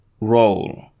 role